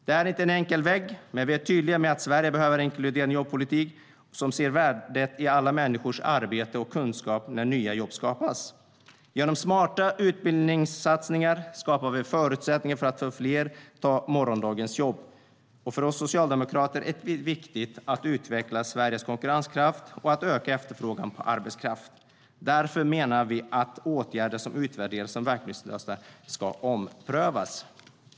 Det är inte en enkel väg, men vi är tydliga med att Sverige behöver en inkluderande jobbpolitik som ser värdet i alla människors arbete och kunskap när nya jobb skapas. Genom smarta utbildningssatsningar skapar vi förutsättningar för fler att ta morgondagens jobb. För oss socialdemokrater är det viktigt att utveckla Sveriges konkurrenskraft och att öka efterfrågan på arbetskraft. Därför menar vi att åtgärder som utvärderas som verkningslösa ska omprövas.